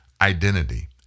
identity